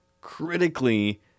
critically